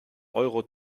euro